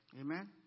Amen